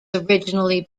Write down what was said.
originally